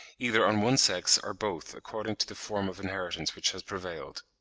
either on one sex or both according to the form of inheritance which has prevailed.